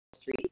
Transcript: Street